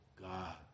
God